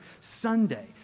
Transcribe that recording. Sunday